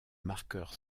marqueur